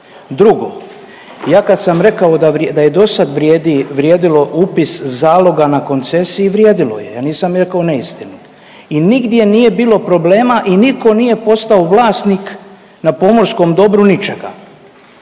Drugo, ja kad sam rekao da je i do sad vrijedilo upis zaloga na koncesiji, vrijedilo je ja nisam rekao neistinu. I nigdje nije bilo problema i niko nije postao vlasnik na pomorskom dobru ničega.